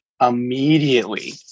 immediately